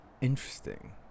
Interesting